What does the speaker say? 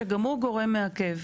שגם הוא גורם מעכב.